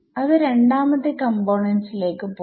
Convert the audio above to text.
അത് രണ്ടാമത്തെ കമ്പോണെന്റിലേക്ക് പോവും